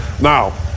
Now